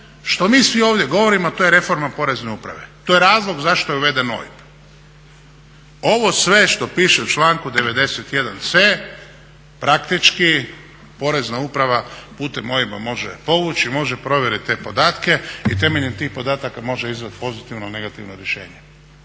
što mi svi ovdje govorimo a to je reforma porezne uprave, to je razlog zašto je uveden OIB. Ovo sve što piše u članku 91.c praktički porezna uprava putem OIB-a može povući i može provjerit te podatke i temeljem tih podataka može izdat pozitivno ili negativno rješenje.